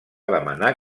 demanar